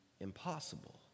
impossible